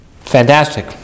Fantastic